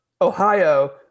Ohio